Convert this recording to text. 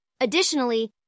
Additionally